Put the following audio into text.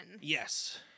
Yes